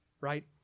right